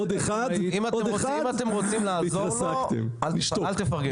אם אתם רוצים לעזור לו, אל תפרגנו לו.